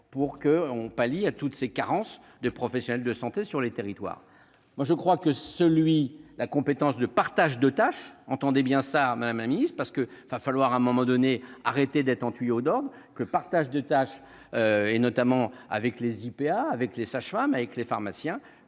pour qu'on pallie à toutes ces carences de professionnels de santé sur les territoires, moi je crois que celui la compétence de partage de tâches entendait bien ça madame parce que va falloir à un moment donné, arrêter d'être en tuyaux d'orgue que partage de tâches et notamment avec les IPA avec les sages-femmes avec les pharmaciens